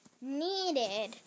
needed